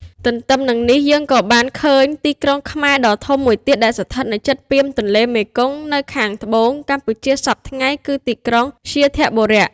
ទន្ទឹមនឹងនេះ យើងក៏បានឃើញ ទីក្រុងខ្មែរដ៏ធំមួយទៀតដែលស្ថិតនៅជិតពាមទន្លេមេគង្គ នៅខាង ត្បូងកម្ពុជាសព្វថ្ងៃគឺទីក្រុង វ្យាធបុរៈ ។